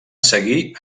seguir